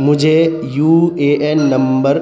مجھے U A N number